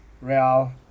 Real